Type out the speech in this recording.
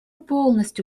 полностью